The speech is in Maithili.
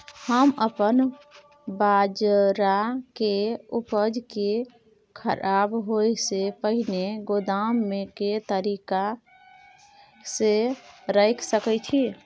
हम अपन बाजरा के उपज के खराब होय से पहिले गोदाम में के तरीका से रैख सके छी?